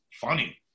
funny